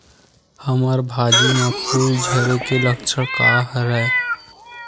हमर भाजी म फूल झारे के लक्षण का हरय?